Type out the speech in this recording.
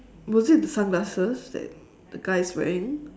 was it the sunglasses that the guy is wearing